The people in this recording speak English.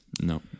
No